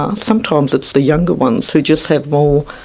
ah sometimes it's the younger ones who just have more,